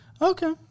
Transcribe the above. Okay